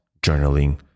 journaling